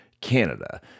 Canada